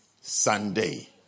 Sunday